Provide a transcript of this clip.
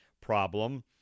problem